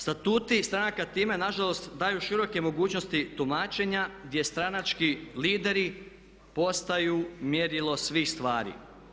Statuti stranaka time nažalost daju široke mogućnosti tumačenja gdje stranački lideri postaju mjerilo svih stvari.